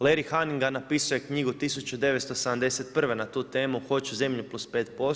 Lerry Haningan napisao je knjigu 1971. na tu temu „Hoću zemlju plus 5%